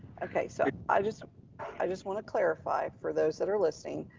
okay, so i just i just want to clarify for those that are listening.